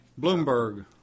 Bloomberg